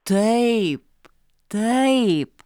taip taip